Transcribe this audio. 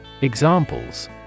Examples